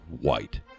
White